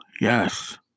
yes